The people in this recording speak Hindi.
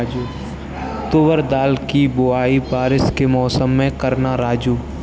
तुवर दाल की बुआई बारिश के मौसम में करना राजू